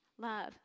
Love